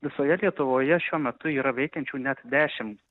visoje lietuvoje šiuo metu yra veikiančių net dešimt